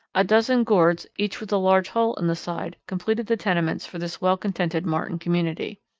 a dozen gourds, each with a large hole in the side, completed the tenements for this well-contented martin community.